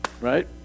Right